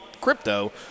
crypto